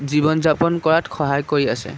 জীৱন যাপন কৰাত সহায় কৰি আছে